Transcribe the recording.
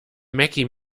meckie